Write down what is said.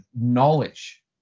knowledge